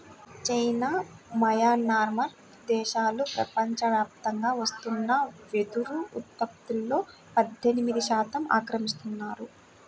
China, Myanmar దేశాలు ప్రపంచవ్యాప్తంగా వస్తున్న వెదురు ఉత్పత్తులో పద్దెనిమిది శాతం ఆక్రమిస్తున్నాయి